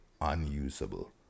Unusable